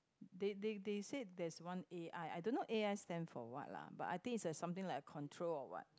they they they said there's one A_R_I don't know A_R stands for what lah but I think it's a something like a control or what